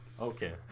Okay